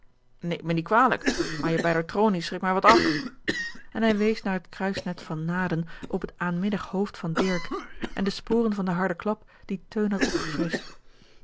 neemt me niet kwalijk maar je beider tronie schrikt mij wat af en hij wees naar het kruisnet van naden op het aanminnig hoofd van dirk en de sporen van den harden klap die teun had opgefrischt